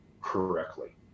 correctly